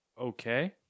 Okay